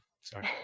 Sorry